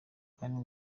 kandi